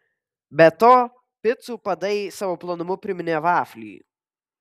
be to picų padai savo plonumu priminė vaflį